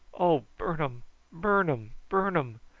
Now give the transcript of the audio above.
oh, burn um burn um burn um!